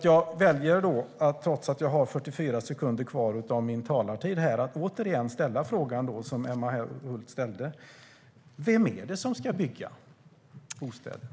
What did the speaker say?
Jag väljer därför, trots att jag har 44 sekunder kvar av min talartid, att återigen ställa frågan som Emma Hult ställde: Vem är det som ska bygga bostäderna?